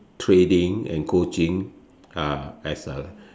trading and coaching uh as a